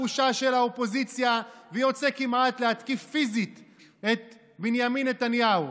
בושה" של האופוזיציה ויוצא כמעט להתקיף פיזית את בנימין נתניהו.